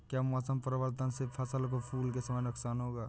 क्या मौसम परिवर्तन से फसल को फूल के समय नुकसान होगा?